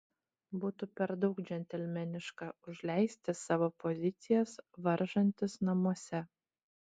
būtų per daug džentelmeniška užleisti savo pozicijas varžantis namuose